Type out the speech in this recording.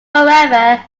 however